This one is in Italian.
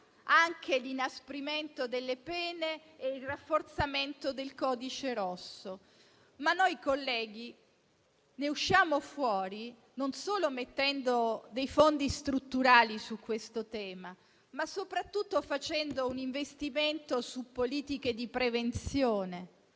l'inasprimento delle pene e il rafforzamento del codice rosso. Ma noi, colleghi, ne usciamo fuori non solo mettendo fondi strutturali su questo tema, ma soprattutto facendo un investimento su politiche di prevenzione